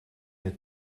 het